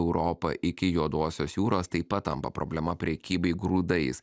europa iki juodosios jūros taip pat tampa problema prekybai grūdais